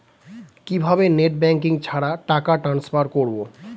কিভাবে net banking ছাড়া টাকা ট্রান্সফার করবো?